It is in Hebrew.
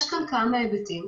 יש כאן כמה היבטים.